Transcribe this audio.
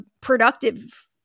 productive